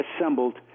assembled